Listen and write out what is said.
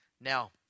Now